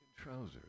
trousers